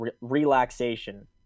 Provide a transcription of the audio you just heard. Relaxation